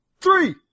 Three